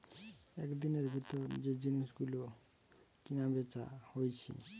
একদিনের ভিতর যে জিনিস গুলো কিনা বেচা হইছে